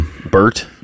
Bert